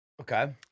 Okay